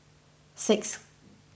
six